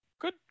good